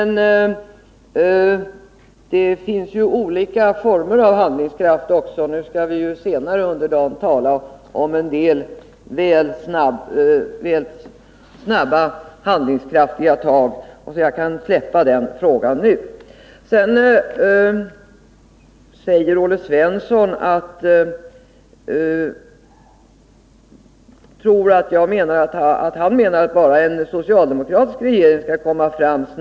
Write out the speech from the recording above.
Nu finns det olika former av handlingskraft. Senare under dagen skall vi diskutera sådant som rör alltför snabba och handlingskraftiga tag, varför jag nu kan släppa den frågan. Olle Svensson tror att jag menar att han anser att bara en socialdemokratisk regering snabbt kan bildas.